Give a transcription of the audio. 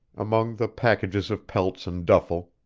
among the packages of pelts and duffel,